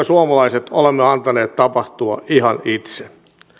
suomalaiset olemme antaneet tapahtua ihan itse